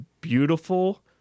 beautiful